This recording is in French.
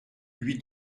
lui